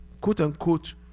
quote-unquote